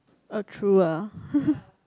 uh true ah